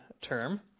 term